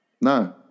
No